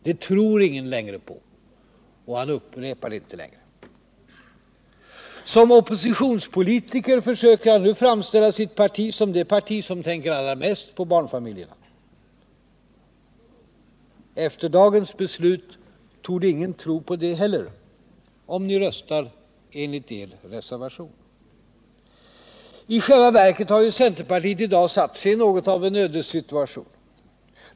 Det tror ingen på längre, och han upprepar det inte längre. Som oppositionspolitiker försöker han nu framställa sitt parti som det parti som tänker allra mest på barnfamiljerna. Efter dagens beslut torde ingen tro på det heller, om ni röstar för er reservation. I själva verket har centerpartiet i dag satt sig i något av en ödessituation.